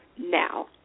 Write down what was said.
now